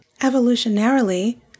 Evolutionarily